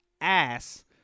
ass